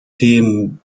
dem